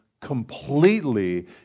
completely